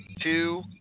two